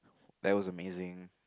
that was amazing